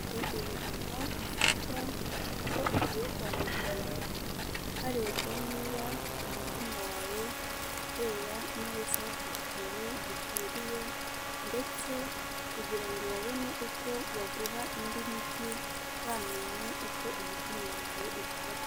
Hari ibipimo bifatwa uko ugiye kwa muganga, harebwa niba umutima wawe utera neza ku kigero gikwiriye ndetse kugira ngo babone uko baguha indi miti, bamenye uko umutima wawe ukora.